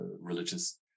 religious